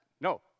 No